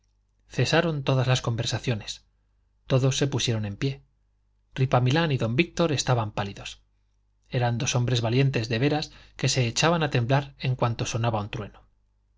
cesaron todas las conversaciones todos se pusieron en pie ripamilán y don víctor estaban pálidos eran dos hombres valientes de veras que se echaban a temblar en cuanto sonaba un trueno